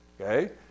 okay